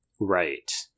right